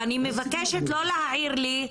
ואני מבקשת לא להעיר לי.